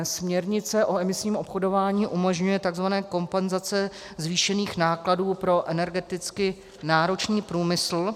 Směrnice o emisním obchodování umožňuje takzvané kompenzace zvýšených nákladů pro energeticky náročný průmysl.